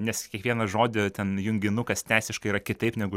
nes kiekvieną žodį ten junginukas teisiškai yra kitaip negu